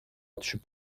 түшүп